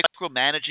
micromanaging